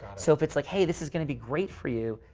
so, if it's like, hey, this is going to be great for you.